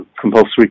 compulsory